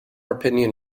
opinion